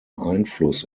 einfluss